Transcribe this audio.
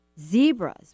Zebras